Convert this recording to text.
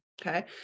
Okay